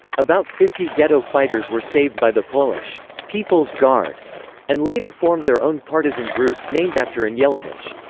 about fifty ghetto fighters were saved by the polish people's guard and later formed their own partisan group, named after anielewicz.